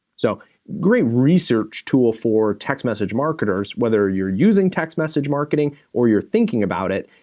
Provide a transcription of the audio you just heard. so great research tool for text message marketers. whether you're using text message marketing or you're thinking about it,